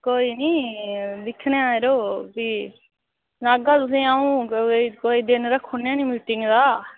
कोई निं दिक्खने आं जरो भी सनागा तुसें ई अ'ऊं कोई कोई दिन रक्खीओड़नेआं निं मीटिंग दा